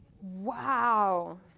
Wow